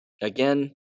again